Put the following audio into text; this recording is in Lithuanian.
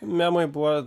memai buvo